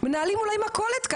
אולי מכולת,